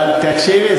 אבל תקשיבי,